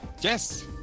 Yes